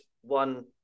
one